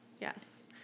Yes